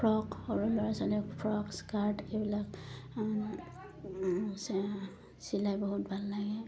frock সৰু ল'ৰা ছোৱালীৰ ফ্ৰক স্কাৰ্ট এইবিলাক চিলাই বহুত ভাল লাগে